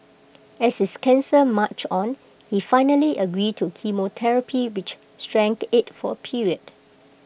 as his cancer marched on he finally agreed to chemotherapy which shrank IT for A period